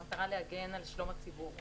במטרה להגן על שלום הציבור.